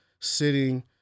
sitting